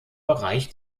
bereich